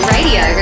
Radio